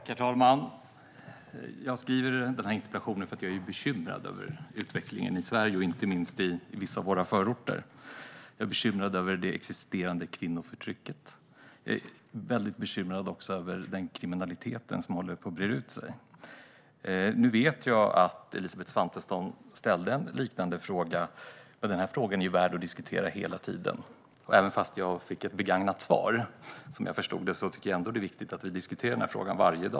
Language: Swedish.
Herr talman! Jag har skrivit denna interpellation eftersom jag är bekymrad över utvecklingen i Sverige, inte minst i vissa av våra förorter. Jag är bekymrad över det existerande kvinnoförtrycket. Jag är också mycket bekymrad över den kriminalitet som håller på att breda ut sig. Jag vet att Elisabeth Svantesson ställde en liknande fråga, men denna fråga är värd att diskutera hela tiden. Även om jag fick ett begagnat svar, som jag förstod det, är det viktigt att vi diskuterar denna fråga varje dag.